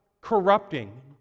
corrupting